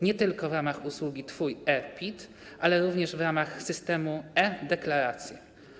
Nie tylko w ramach usługi Twój e-PIT, ale również w ramach systemu e-Deklaracja.